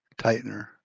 tightener